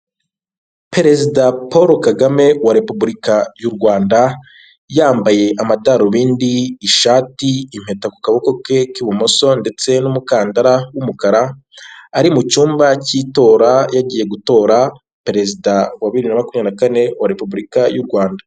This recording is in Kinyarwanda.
Perezida Paul Kagame wa repubulika y'u Rwanda yambaye amadarubindi, ishati impeta ku kaboko ke k'ibumoso ndetse n'umukandara w'umukara, ari mu cyumba cy'itora yagiye gutora perezida wa bibiri na makumyabiri na kane wa repubulika y'u Rwanda.